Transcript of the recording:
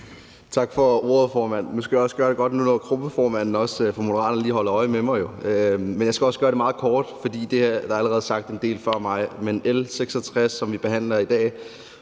Tak for ordet, formand. Nu skal jeg gøre det godt, når nu gruppeformanden for Moderaterne også lige holder øje med mig. Men jeg skal også gøre det meget kort, for der er allerede sagt en del af andre før mig. Med L 66, som vi behandler i dag,